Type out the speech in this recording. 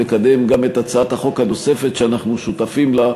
לקדם גם את הצעת החוק הנוספת שאנחנו שותפים לה,